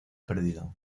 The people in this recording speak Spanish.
perdido